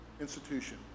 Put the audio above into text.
institution